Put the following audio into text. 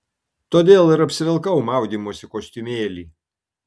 todėl ir apsivilkau maudymosi kostiumėlį